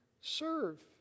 serve